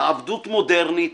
העבדות מודרנית,